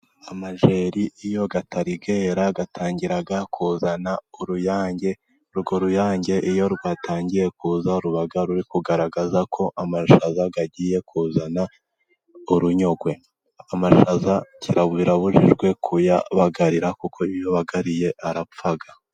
Amajeri iyo atari yera atangira kuzana uruyange, urwo ruyange iyo rwatangiye kuza ruba ruri kugaragaza ko amashaza agiye kuzana urunyogwe, amashaza birabujijwe kuyabagarira kuko iyo uyabagariye arapfa.